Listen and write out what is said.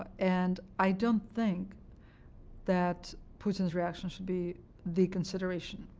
and i don't think that putin's reaction should be the consideration.